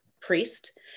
priest